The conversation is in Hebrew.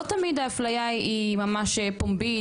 לא תמיד האפליה היא ממש פומבית,